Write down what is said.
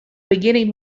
beginning